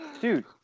Dude